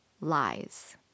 lies